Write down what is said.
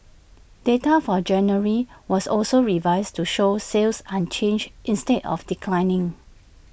data for January was also revised to show sales unchanged instead of declining